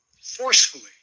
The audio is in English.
forcefully